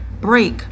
break